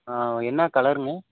ஆ என்ன கலருங்க